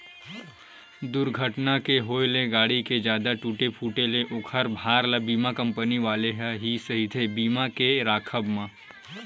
दूरघटना के होय ले गाड़ी के जादा टूटे फूटे ले ओखर भार ल बीमा कंपनी वाले ह ही सहिथे बीमा के राहब म